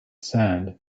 sand